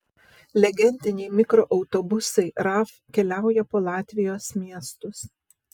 legendiniai mikroautobusai raf keliauja po latvijos miestus